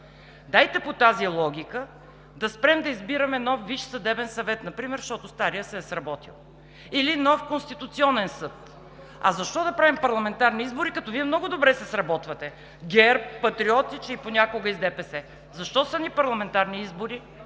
Дайте по тази логика да спрем да избираме нов Висш съдебен съвет например, защото старият се е сработил, или нов Конституционен съд. А защо да правим парламентарни избори, като Вие много добре се сработвате – ГЕРБ, Патриоти, че понякога и с ДПС. Защо са ни парламентарни избори?